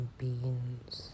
beans